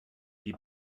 die